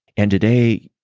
and today,